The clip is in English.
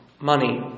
money